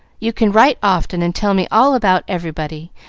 you can write often, and tell me all about everybody,